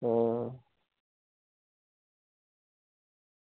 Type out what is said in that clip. आं